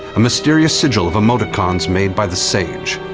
a mysterious sigil of emoticons made by the sage,